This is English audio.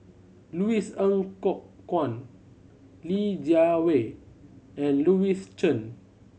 Louis Ng Kok Kwang Li Jiawei and Louis Chen